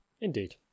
Indeed